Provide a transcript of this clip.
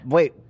Wait